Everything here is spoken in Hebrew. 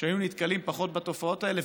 היו נתקלים פחות בתופעות האלה,